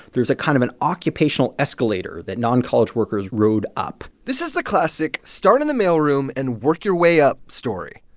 there's a kind of an occupational escalator that noncollege workers rode up this is the classic start-in-the-mailroom-and-work-your-way-up story.